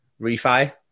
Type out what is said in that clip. refi